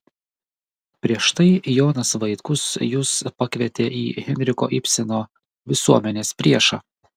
prieš tai jonas vaitkus jus pakvietė į henriko ibseno visuomenės priešą